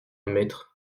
maître